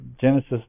Genesis